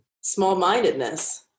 small-mindedness